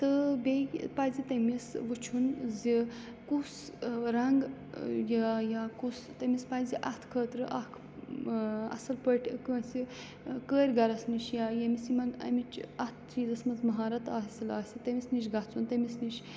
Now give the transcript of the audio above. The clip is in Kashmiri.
تہٕ بیٚیہِ پَزِ تٔمِس وٕچھُن زِ کُس رنٛگ یا یا کُس تٔمِس پَزِ اَتھ خٲطرٕ اَکھ اَصٕل پٲٹھۍ کٲنٛسہِ کٲر گَرَس نِش یا ییٚمِس یِمَن اَمِچ اَتھ چیٖزَس منٛز مہارت حٲصل آسہِ تٔمِس نِش گژھُن تٔمِس نِش